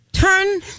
Turn